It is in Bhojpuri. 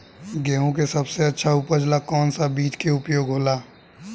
गेहूँ के सबसे अच्छा उपज ला कौन सा बिज के उपयोग होला?